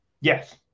Yes